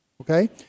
Okay